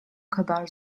kadar